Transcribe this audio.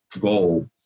goal